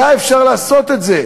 היה אפשר לעשות את זה,